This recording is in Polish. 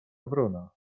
wrona